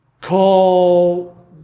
call